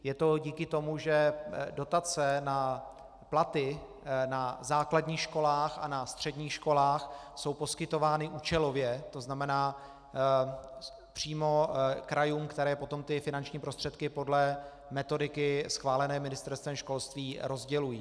Je to díky tomu, že dotace na platy na základních školách a středních školách jsou poskytovány účelově, to znamená přímo krajům, které potom finanční prostředky podle metodiky schválené Ministerstvem školství rozdělují.